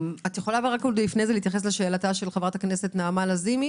את יכולה לפני כן להתייחס לשאלתה של חברת הכנסת נעמה לזימי